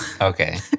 Okay